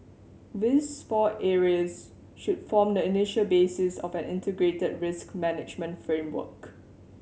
these four areas should form the initial basis of an integrated risk management framework